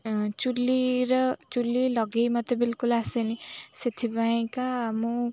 ଚୁଲିର ଚୁଲି ଲଗାଇ ମୋତେ ବିଲକୁଲ୍ ଆସେନି ସେଥିପାଇଁକା ମୁଁ